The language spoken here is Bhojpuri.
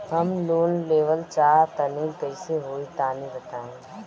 हम लोन लेवल चाह तनि कइसे होई तानि बताईं?